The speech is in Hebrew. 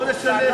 כמה זמן?